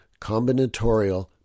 combinatorial